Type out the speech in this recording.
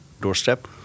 doorstep